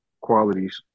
qualities